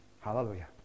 Hallelujah